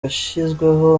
yashyizweho